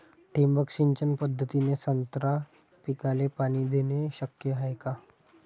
ठिबक सिंचन पद्धतीने संत्रा पिकाले पाणी देणे शक्य हाये का?